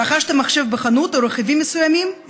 רכשתם מחשב בחנות או רכיבים מסוימים?